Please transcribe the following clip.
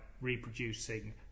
reproducing